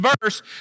verse